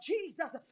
Jesus